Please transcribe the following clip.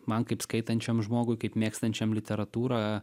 man kaip skaitančiam žmogui kaip mėgstančiam literatūrą